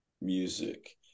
music